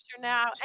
now